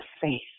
faith